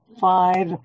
five